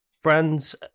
friends